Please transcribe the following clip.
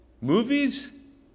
Movies